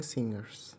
Singers